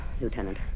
Lieutenant